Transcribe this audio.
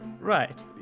Right